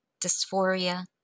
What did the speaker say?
dysphoria